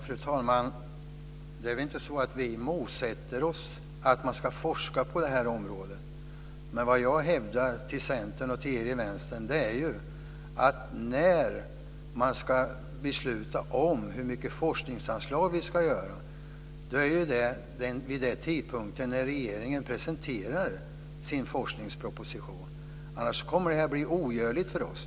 Fru talman! Det är inte så att vi motsätter oss att man ska forska på detta område, men vad jag hävdar inför Centern och inför er i Vänstern är att vi ska besluta om hur mycket forskningsanslag vi ska lämna vid den tidpunkt då regeringen presenterar sin forskningsproposition. Om inte kommer det att bli ogörligt för oss.